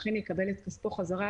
אכן יקבל את כספו בחזרה,